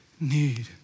need